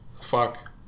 fuck